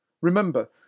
Remember